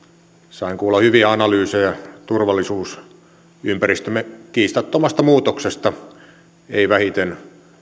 sain kuulla hyviä analyysejä turvallisuusympäristömme kiistattomasta muutoksesta ei vähiten